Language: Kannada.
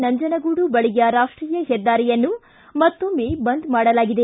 ನಂಜನಗೂಡು ಬಳಿಯ ರಾಷ್ವೀಯ ಹೆದ್ದಾರಿಯನ್ನು ಮತ್ತೊಮ್ನೆ ಬಂದ್ ಮಾಡಲಾಗಿದೆ